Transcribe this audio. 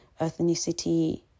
ethnicity